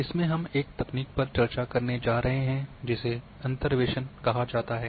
इसमें हम एक तकनीक पर चर्चा करने जा रहे हैं जिसे अंतर्वेसन कहा जाता है